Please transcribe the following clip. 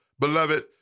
Beloved